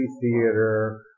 theater